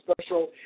special